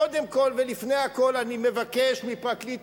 קודם כול ולפני הכול אני מבקש מפרקליט